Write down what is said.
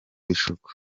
bishuko